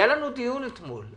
היה לנו דיון אתמול.